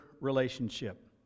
relationship